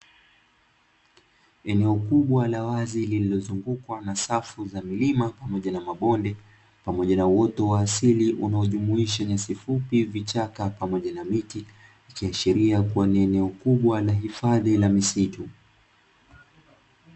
Eneo kubwa la wazi lililozungukwa na safu za milima pamoja na mabonde pamoja na uoto wa asili unaojumuisha nyasi fupi, vichaka pamoja na miti; ikiashiria kuwa ni eneo kubwa la hifadhi la misitu.